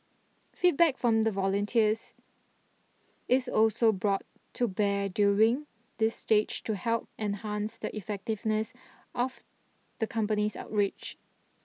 feedback from the volunteers is also brought to bear during this stage to help enhance the effectiveness of the company's outreach